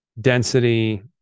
density